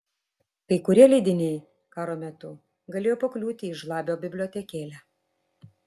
kai kurie leidiniai karo metu galėjo pakliūti į žlabio bibliotekėlę